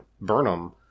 Burnham